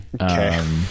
Okay